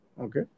Okay